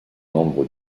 membre